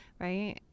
right